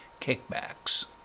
kickbacks